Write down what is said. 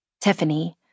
Tiffany